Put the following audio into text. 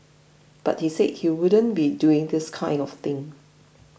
but he said he wouldn't be doing this kind of thing